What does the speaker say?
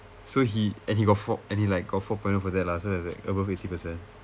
so he and he got four and he like got four point O for that lah so it's like above eighty percent